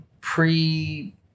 pre